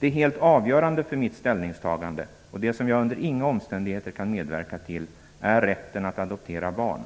Det helt avgörande för mitt ställningstagande, och det som jag under inga omständigheter kan medverka till, är rätten att adoptera barn.